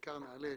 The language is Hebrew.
בעיקר נעלה,